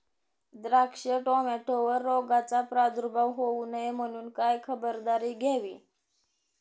द्राक्ष, टोमॅटोवर रोगाचा प्रादुर्भाव होऊ नये म्हणून काय खबरदारी घ्यावी?